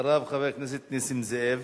אחריו, חבר הכנסת נסים זאב.